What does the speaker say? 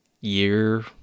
year